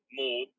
more